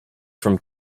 from